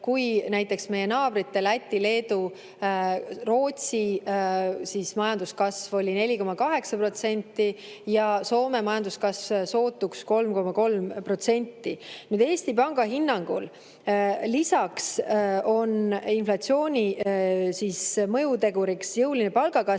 kui näiteks meie naabrite Läti, Leedu ja Rootsi majanduskasv oli 4,8% ja Soome majanduskasv sootuks 3,3%. Eesti Panga hinnangul on inflatsiooni mõjutegur olnud ka jõuline palgakasv,